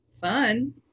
fun